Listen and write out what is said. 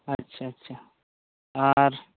ᱟᱪᱪᱷᱟ ᱟᱪᱪᱷᱟ ᱟᱨᱻᱻ